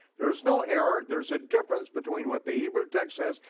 there's no error, there's a difference between what the hebrew text says,